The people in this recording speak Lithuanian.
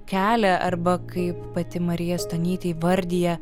kelią arba kaip pati marija stonytė įvardija